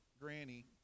Granny